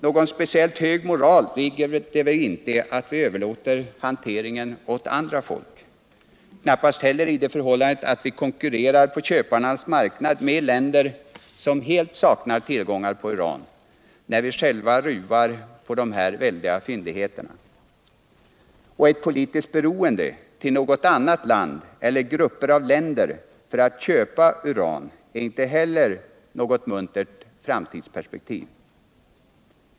Någon speciellt hög moral ligger det väl inte iatt vi överlåter hanteringen åt andra folk — knappast heller i det förhållandet att vi konkurrerar på köparnas marknad med länder som helt saknar tillgångar på uran — när vi själva ruvar på dessa väldiga fyndigheter. Et politiskt beroende till något annat land eller till grupper av länder för att få köpa uran är inte heller något muntert framtidsperspektiv.